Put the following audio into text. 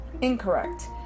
Incorrect